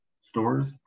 stores